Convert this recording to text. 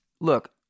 Look